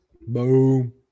Boom